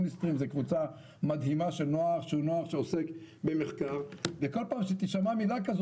שזו קבוצה מדהימה של נוער שעוסק במחקר וכל פעם שתישמע מילה כזאת